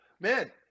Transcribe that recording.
Man